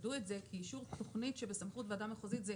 כי אישור תוכנית שבסמכות ועדה מחוזית זו